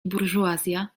burżuazja